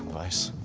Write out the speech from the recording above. nice.